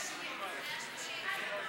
סעיפים 1 4 נתקבלו.